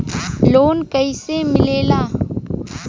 Loan कईसे मिलेला?